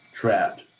trapped